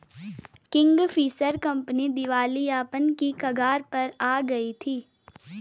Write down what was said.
Kingfisher company दिवालियापन की कगार पर आ गई थी